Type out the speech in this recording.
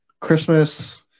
Christmas